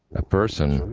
a person,